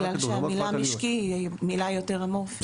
בגלל שהמילה משקי היא מילה אמורפית יותר.